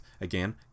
again